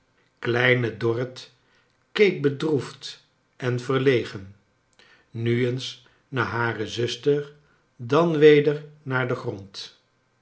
kleine dorrit keek bedroefd en verlegen nu eens naar hare zuster dan weder naar den grond